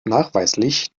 nachweislich